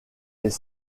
les